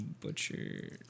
butcher